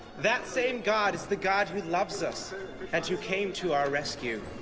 that same god is the god who loves us and who came to our rescue.